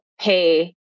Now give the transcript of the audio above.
pay